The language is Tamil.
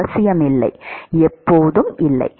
அவசியம் இல்லை எப்போதும் இல்லை